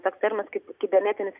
toks terminas kaip kibernetinis